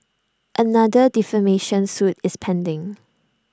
another defamation suit is pending